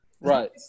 Right